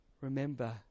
remember